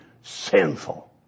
sinful